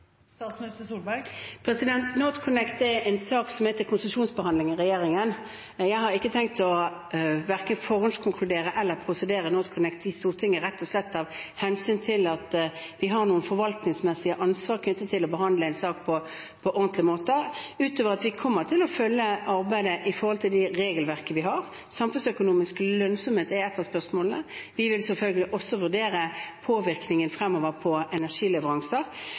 NorthConnect er en sak som er til konsesjonsbehandling i regjeringen. Jeg har ikke tenkt verken å forhåndskonkludere eller prosedere NorthConnect i Stortinget, rett og slett av hensyn til at vi har forvaltningsmessig ansvar knyttet til å behandle en sak på en ordentlig måte, utover at vi kommer til å følge arbeidet i forhold til det regelverket vi har. Samfunnsøkonomisk lønnsomhet er et av spørsmålene. Vi vil selvfølgelig også vurdere påvirkningen fremover på energileveranser.